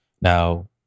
Now